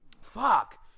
fuck